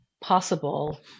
possible